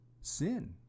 sin